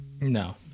No